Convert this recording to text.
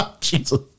Jesus